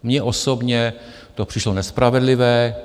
Mně osobně to přišlo nespravedlivé.